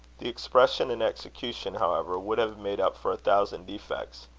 the expression and execution, however, would have made up for a thousand defects.